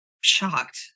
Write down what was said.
shocked